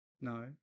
No